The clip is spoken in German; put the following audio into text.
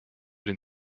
den